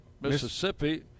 Mississippi